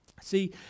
See